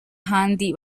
handi